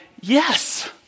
yes